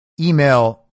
email